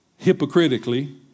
hypocritically